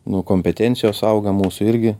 nu kompetencijos auga mūsų irgi